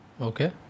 Okay